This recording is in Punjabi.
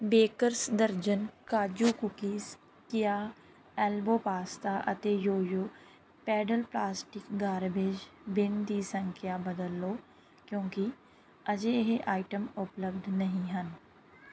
ਬੇਕਰਜ਼ ਦਰਜਨ ਕਾਜੂ ਕੂਕੀਜ਼ ਕਿਆ ਐਲਬੋ ਪਾਸਤਾ ਅਤੇ ਜੋਯੋ ਪੈਡਲ ਪਲਾਸਟਿਕ ਗਾਰਬੇਜ਼ ਬਿਨ ਦੀ ਸੰਖਿਆ ਬਦਲ ਲਉ ਕਿਉਂਕਿ ਅਜੇ ਇਹ ਆਈਟਮ ਉਪਲਬਧ ਨਹੀਂ ਹਨ